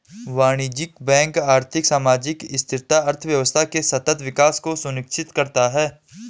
वाणिज्यिक बैंक आर्थिक, सामाजिक स्थिरता, अर्थव्यवस्था के सतत विकास को सुनिश्चित करता है